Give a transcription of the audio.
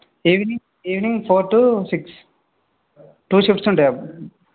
evening evening four to six two shifts ఉంటాయి అబ్